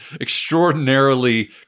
extraordinarily